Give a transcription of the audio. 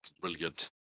brilliant